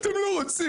אתם לא רוצים.